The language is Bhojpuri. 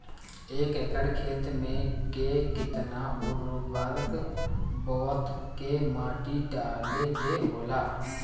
एक एकड़ खेत में के केतना उर्वरक बोअत के माटी डाले के होला?